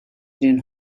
den